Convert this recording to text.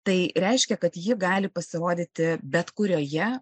tai reiškia kad ji gali pasirodyti bet kurioje